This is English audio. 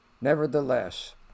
Nevertheless